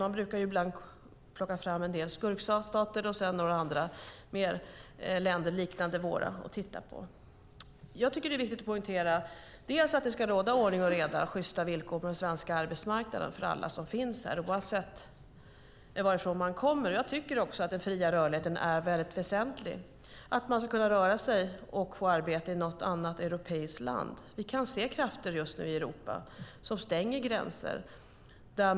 Man plockar ibland fram och tittar på en del skurkstater och sedan några andra länder, liknande vårt. Jag tycker att det är viktigt att poängtera att det ska råda ordning och reda och sjysta villkor på den svenska arbetsmarknaden för alla som finns här, oavsett varifrån man kommer. Jag tycker också att den fria rörligheten är väldigt väsentlig, att man ska kunna röra sig och få arbete i något annat europeiskt land. Vi kan se krafter just nu i Europa som stänger gränser.